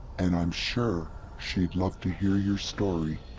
and i'm sure she'd love to hear your story.